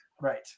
Right